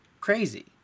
crazy